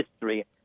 history